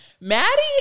Maddie